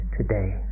today